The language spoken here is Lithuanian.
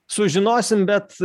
sužinosim bet